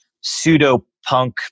pseudo-punk